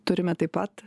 turime taip pat